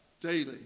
daily